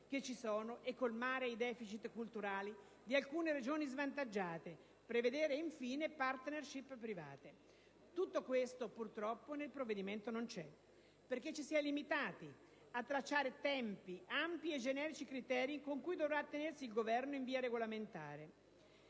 che ci sono e colmare i deficit culturali di alcune Regioni svantaggiate, prevedere infine *partnership* private. Tutto questo, purtroppo, nel provvedimento non c'è, perché ci si è limitati a tracciare ampi e generici criteri a cui dovrà attenersi il Governo in via regolamentare.